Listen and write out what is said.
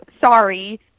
Sorry